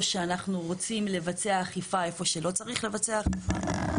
שאנחנו רוצים לבצע אכיפה איפה שלא צריך לבצע אכיפה.